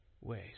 ways